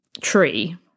tree